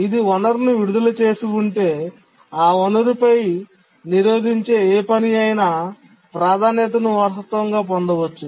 ఇది వనరును విడుదల చేసి ఉంటే ఆ వనరుపై నిరోధించే ఏ పని అయినా ప్రాధాన్యతను వారసత్వంగా పొందవచ్చు